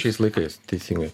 šiais laikais teisingai